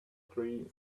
three